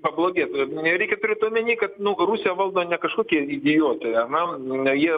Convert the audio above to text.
pablogėt nereikia turėt omeny kad rusiją valdo ne kažkokie idiotai ar ne jie